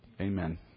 Amen